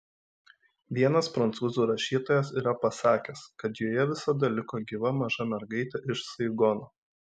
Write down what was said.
vienas prancūzų rašytojas yra pasakęs kad joje visada liko gyva maža mergaitė iš saigono